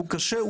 הוא קשה,